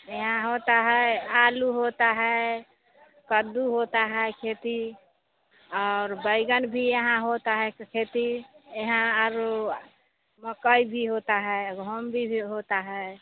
यहाँ होता है आलू होता है कद्दू होता है खेती और बैंगन भी यहाँ होता है सो खेती यहाँ और ऊ मकई भी होता है गेहूँ भी भी होता है